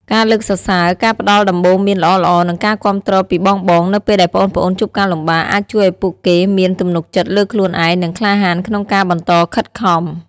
ការលើកសរសើរ ការផ្ដល់ដំបូន្មានល្អៗ និងការគាំទ្រពីបងៗ នៅពេលដែលប្អូនៗជួបការលំបាក អាចជួយឱ្យពួកគេមាន ទំនុកចិត្តលើខ្លួនឯង និងក្លាហានក្នុងការបន្តខិតខំ ។